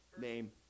Name